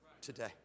today